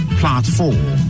platform